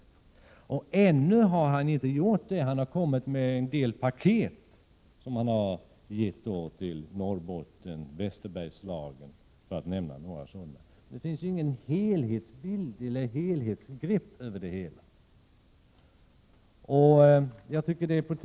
Industriministern har ännu inte följt uppmaningen. Han har kommit med en del paket riktade till Norrbotten och Västerbergslagen. Det finns inte något helhetsgrepp över det hela.